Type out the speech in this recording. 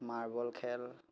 marble খেল